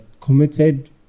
committed